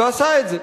ועשה את זה.